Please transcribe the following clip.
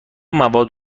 مواد